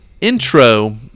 intro